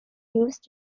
used